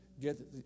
get